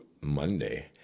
Monday